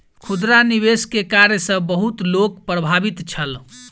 खुदरा निवेश के कार्य सॅ बहुत लोक प्रभावित छल